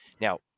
now